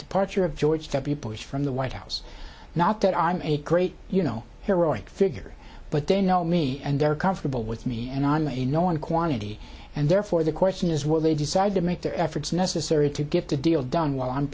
departure of george w bush from the white house not that i'm a great you know heroic figure but they know me and they're comfortable with me and i'm a known quantity and therefore the question is will they decide to make their efforts necessary to get the deal done while i'm